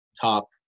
top